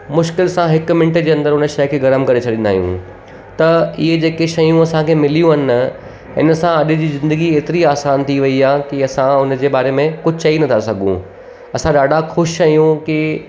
मुश्किल सां हिकु मिंट जे अंदरि उन शइ खे गरमु करे छॾींदा आहियूं त इहे जेके शयूं असांखे मिलियूं आहिनि इन सां अॼु जी ज़िंदगी एतिरी आसानु थी वई आहे की असां उन जे बारे में कुझु चई नथा सघूं असां ॾाढा ख़ुशि आहियूं की